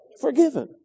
Forgiven